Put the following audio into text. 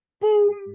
Boom